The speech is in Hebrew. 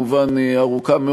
אין בזה הפרעה.